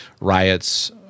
riots